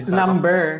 number